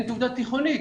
אין תעודה תיכונית.